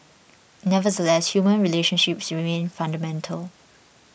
nevertheless human relationships remain fundamental